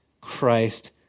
Christ